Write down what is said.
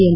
M